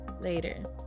Later